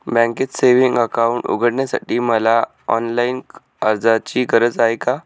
बँकेत savings account उघडण्यासाठी मला ऑनलाईन अर्जाची गरज आहे का?